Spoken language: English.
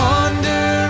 Wonder